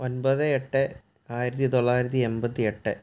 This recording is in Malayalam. ഒൻപത് എട്ട് ആയിരത്തി തൊള്ളായിരത്തി എൺപത്തി എട്ട്